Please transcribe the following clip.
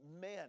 men